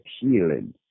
healing